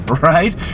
right